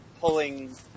pulling